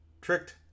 tricked